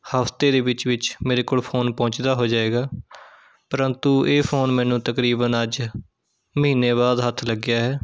ਹਫ਼ਤੇ ਦੇ ਵਿੱਚ ਵਿੱਚ ਮੇਰੇ ਕੋਲ ਫ਼ੋਨ ਪਹੁੰਚਦਾ ਹੋ ਜਾਵੇਗਾ ਪ੍ਰੰਤੂ ਇਹ ਫ਼ੋਨ ਮੈਨੂੰ ਤਕਰੀਬਨ ਅੱਜ ਮਹੀਨੇ ਬਾਅਦ ਹੱਥ ਲੱਗਿਆ ਹੈ